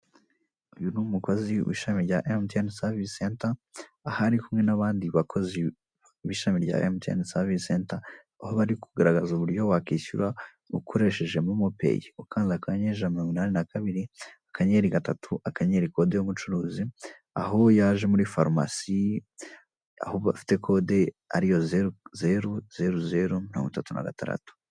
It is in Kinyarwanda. Uyu ni umukozi w'ishami rya emutiyeni savise senta, aho ari kumwe n'abandi bakozi b'ishami rya emutiyeni savise senta, aho bari kugaragaza uburyo wakwishyura ukoresheje Momo peyi, ukanze akanyenyeri ijana na mirongo inani na kabiri, akanyenyeri gatatu, akanyenyeri kode y'umucuruzi, aho yaje muri farumasi, aho bafite kode, ari yo zeru, zeru zeru, mirongo itatu na gatandatu.